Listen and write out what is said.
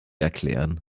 erklären